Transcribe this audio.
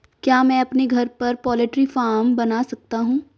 क्या मैं अपने घर पर पोल्ट्री फार्म बना सकता हूँ?